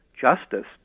justice